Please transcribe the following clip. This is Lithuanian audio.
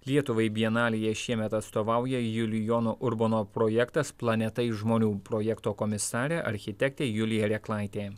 lietuvai bienalėje šiemet atstovauja julijono urbono projektas planeta iš žmonių projekto komisarė architektė julija reklaitė